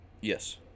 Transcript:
Yes